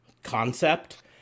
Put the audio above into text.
concept